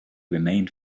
remained